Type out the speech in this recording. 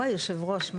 הוא יושב הראש.